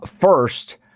first